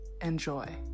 Enjoy